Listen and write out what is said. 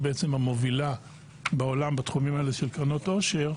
המובילה בעולם בתחומים האלה של קרנות עושר.